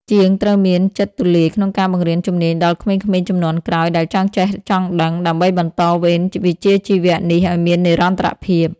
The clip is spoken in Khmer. ជាងត្រូវមានចិត្តទូលាយក្នុងការបង្រៀនជំនាញដល់ក្មេងៗជំនាន់ក្រោយដែលចង់ចេះចង់ដឹង ដើម្បីបន្តវេនវិជ្ជាជីវៈនេះឱ្យមាននិរន្តរភាព។